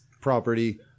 property